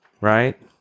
right